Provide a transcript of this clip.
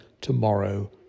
tomorrow